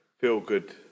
feel-good